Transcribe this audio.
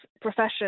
profession